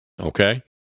Okay